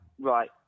right